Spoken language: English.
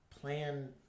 plan